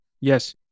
Yes